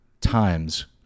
times